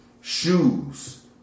shoes